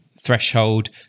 threshold